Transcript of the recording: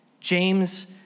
James